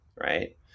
right